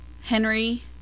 Henry